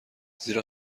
زیرا